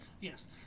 Yes